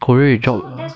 korea you drop ah